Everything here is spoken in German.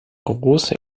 große